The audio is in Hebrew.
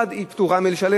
על ילד אחד היא פטורה מלשלם,